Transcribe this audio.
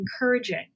encouraging